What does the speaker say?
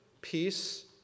peace